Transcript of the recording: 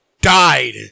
died